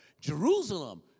Jerusalem